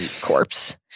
corpse